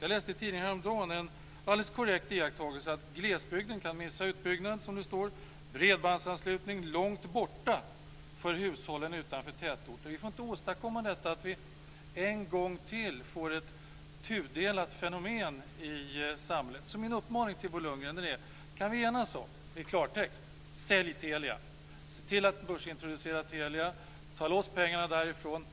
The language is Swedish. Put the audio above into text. Jag läste i tidningen häromdagen en helt korrekt iakttagelse att glesbygden kan missa utbyggnaden av bredbandsanslutning, dvs. orter långt borta och hushåll utanför tätorter. Vi får inte åstadkomma detta att vi en gång till har ett tudelat fenomen i samhället. Min uppmaning till Bo Lundgren är i klartext: Sälj Telia! Se till att börsintroducera Telia! Ta loss pengarna därifrån!